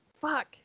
fuck